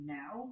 now